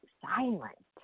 silent